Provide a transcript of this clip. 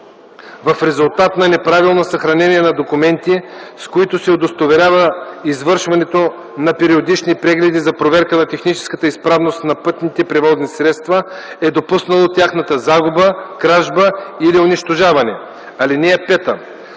в резултат на неправилно съхранение на документи, с които се удостоверява извършването на периодични прегледи за проверка на техническата изправност на пътните превозни средства, е допуснало тяхната загуба, кражба или унищожаване. (5) Когато